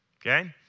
okay